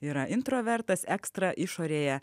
yra introvertas ekstra išorėje